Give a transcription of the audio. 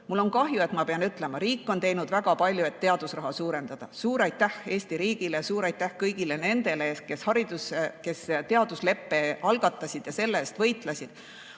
Mul on kahju, et ma pean seda ütlema. Riik on teinud väga palju, et teadusraha suurendada. Suur aitäh Eesti riigile! Suur aitäh kõigile nendele, kes teadusleppe algatasid ja selle eest võitlesid!